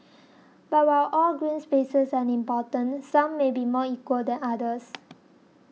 but while all green spaces are important some may be more equal than others